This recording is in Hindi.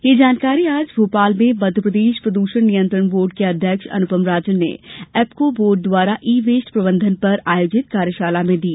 यह जानकारी आज भोपाल में मप्र प्रदूषण नियंत्रण बोर्ड के अध्यक्ष अनुपम राजन ने एप्को में बोर्ड द्वारा ई वेस्ट प्रबंधन पर आयोजित कार्यशाला में दी